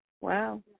wow